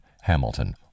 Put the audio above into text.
Hamilton